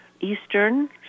Eastern